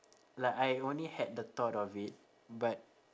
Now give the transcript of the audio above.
like I only had the thought of it but